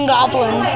Goblin